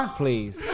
please